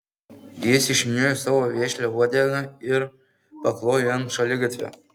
jis išvyniojo savo vešlią uodegą ir paklojo ant šaligatvio